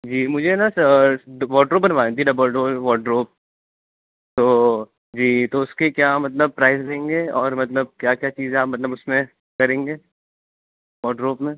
جی مجھے نا sir wardrobe بنوانی تھی ڈبل ڈور وا ڈروپ تو جی تو اس کے کیا مطلب پرائز دیں گے اور مطلب کیا کیا چیزیںپ مطلب اس میں کریں گے واٹروپ میں